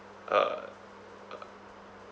uh uh